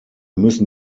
müssen